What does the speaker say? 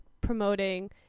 promoting